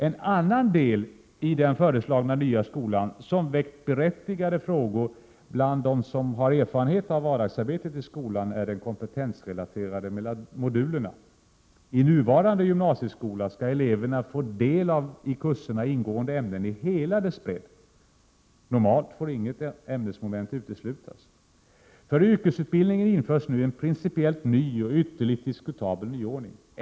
En annan del i den föreslagna nya skolan som väckt berättigade frågor bland dem som har erfarenhet av vardagsarbetet i skolan är de kompetensrelaterade ”modulerna”. I nuvarande gymnasieskola skall eleverna få del av i kurserna ingående ämnen i hela deras bredd — normalt får inget ämnesmoment uteslutas. För yrkesutbildningen införs nu en principiellt ny och ytterligt diskutabel nyordning.